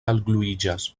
algluiĝas